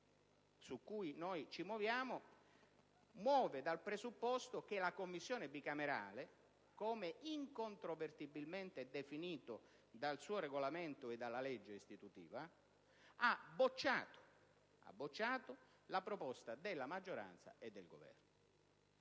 su cui ci muoviamo prende le mosse dal presupposto che la Commissione bicamerale - come incontrovertibilmente definito dal suo regolamento e dalla legge istitutiva - ha respinto la proposta della maggioranza e del Governo.